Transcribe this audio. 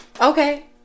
okay